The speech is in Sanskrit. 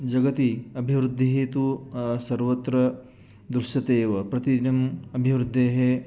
जगति अभिवृद्धिः तु सर्वत्र दृश्यते एव प्रतिदिनम् अभिवृद्धेः